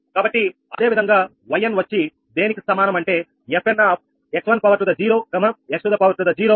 కాబట్టి అదేవిధంగా yn వచ్చి దేనికి సమానం అంటే 𝑓n x1 x2